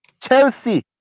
Chelsea